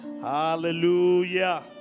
Hallelujah